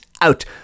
out